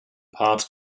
part